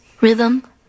rhythm